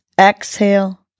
Exhale